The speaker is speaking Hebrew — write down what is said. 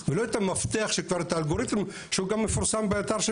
ולא את המפתח שהוא אלגוריתם שמפורסם באתר של